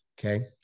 Okay